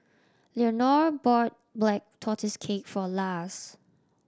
Leonore bought Black Tortoise Cake for Lars